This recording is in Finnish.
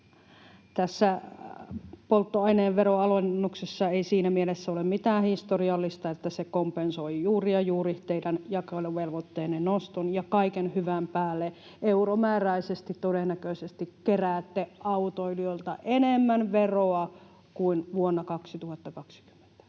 tässä polttoaineveron alennuksessa ei ole mitään historiallista siinä mielessä, että se kompensoi juuri ja juuri teidän jakeluvelvoitteidenne noston ja kaiken hyvän päälle euromääräisesti todennäköisesti keräätte autoilijoilta enemmän veroa kuin vuonna 2020,